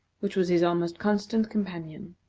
which was his almost constant companion.